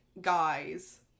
guys